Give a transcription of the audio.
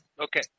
okay